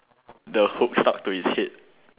the hook stuck to his head